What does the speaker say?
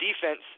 defense